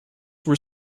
were